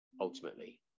ultimately